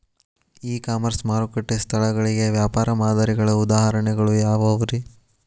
E commerce ಮಾರುಕಟ್ಟೆ ಸ್ಥಳಗಳಿಗೆ ವ್ಯಾಪಾರ ಮಾದರಿಗಳ ಉದಾಹರಣೆಗಳು ಯಾವವುರೇ?